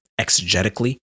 exegetically